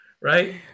right